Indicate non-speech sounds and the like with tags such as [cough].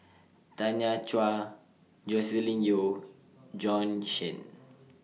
Tanya Chua Joscelin Yeo [noise] Bjorn Shen